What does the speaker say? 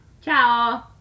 ciao